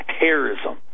terrorism